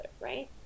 right